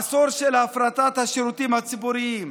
עשור של הפרטת השירותים הציבוריים,